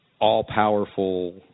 all-powerful